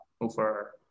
over